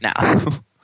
now